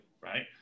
right